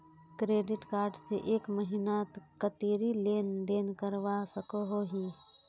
Credit card से एक महीनात कतेरी लेन देन करवा सकोहो ही?